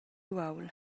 uaul